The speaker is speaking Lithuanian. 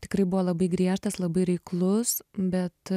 tikrai buvo labai griežtas labai reiklus bet